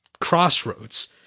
crossroads